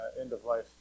end-of-life